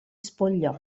spogliò